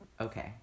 okay